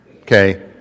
Okay